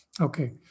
Okay